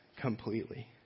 completely